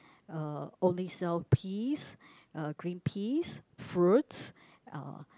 uh only sell peas uh green peas fruits uh